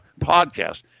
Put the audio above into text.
podcast